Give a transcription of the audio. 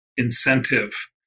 incentive